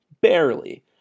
Barely